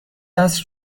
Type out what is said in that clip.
عصر